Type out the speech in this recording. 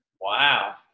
Wow